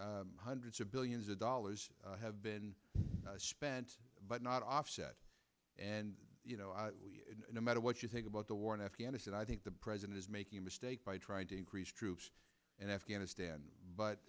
mean hundreds of billions of dollars have been spent but not offset and you know no matter what you think about the war in afghanistan i think the president is making a mistake by trying to increase troops in afghanistan but